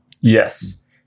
Yes